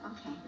Okay